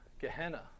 Gehenna